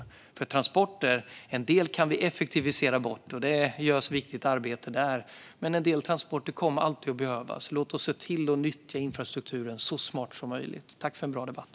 En del transporter kan vi effektivisera bort, och det görs viktigt arbete där, men en del transporter kommer alltid att behövas. Låt oss se till att nyttja infrastrukturen så smart som möjligt. Tack för en bra debatt!